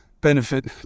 benefit